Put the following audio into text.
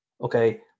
okay